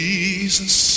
Jesus